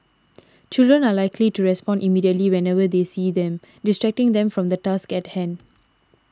children are likely to respond immediately whenever they see them distracting them from the task at hand